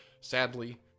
Sadly